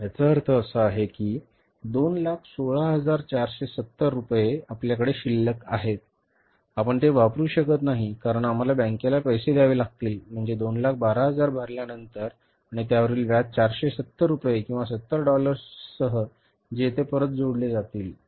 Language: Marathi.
तर याचा अर्थ असा की 216470 रुपये आपल्याकडे शिल्लक आहेत आपण ते वापरू शकत नाही कारण आम्हाला बँकेला पैसे द्यावे लागतील म्हणजे 212000 भरल्यानंतर आणि त्यावरील व्याज 470 रुपये किंवा 70 डॉलर्ससह जे येथे परत जोडले जातील